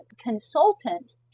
consultant